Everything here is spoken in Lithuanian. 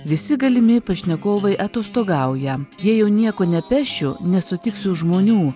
visi galimi pašnekovai atostogauja jei jau nieko nepešiu nesutiksiu žmonių